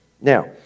Now